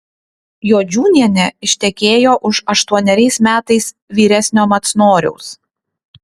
jodžiūnienė ištekėjo už aštuoneriais metais vyresnio macnoriaus